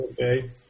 okay